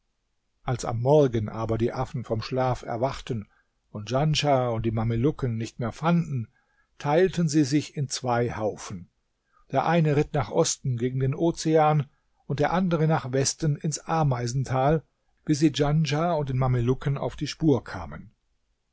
als am morgen aber die affen vom schlaf erwachten und djanschah und die mamelucken nicht mehr fanden teilten sie sich in zwei haufen der eine ritt nach osten gegen den ozean und der andere nach westen ins ameisental bis sie djanschah und den mamelucken auf die spur kamen